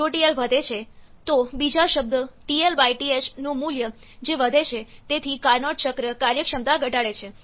જો TL વધે છે તો બીજા શબ્દ TL TH નું મૂલ્ય જે વધે છે તેથી કાર્નોટ ચક્ર કાર્યક્ષમતા ઘટાડે છે